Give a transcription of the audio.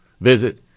visit